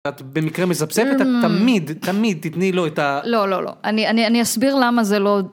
את במקרה מזפזפת את תמיד תמיד תתני לו את ה.. לא לא לא אני אני אסביר למה זה לא